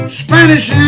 spanish